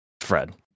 Fred